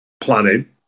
planning